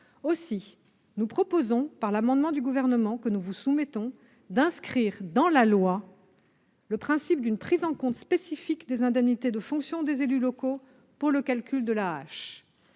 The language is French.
Aussi nous proposons, par le présent amendement du Gouvernement, d'inscrire dans la loi le principe d'une prise en compte spécifique des indemnités de fonction des élus locaux pour le calcul de l'AAH.